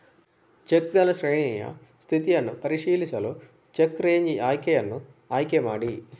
ಚೆಕ್ಗಳ ಶ್ರೇಣಿಯ ಸ್ಥಿತಿಯನ್ನು ಪರಿಶೀಲಿಸಲು ಚೆಕ್ ರೇಂಜ್ ಆಯ್ಕೆಯನ್ನು ಆಯ್ಕೆ ಮಾಡಿ